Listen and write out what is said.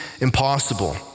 impossible